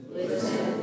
listen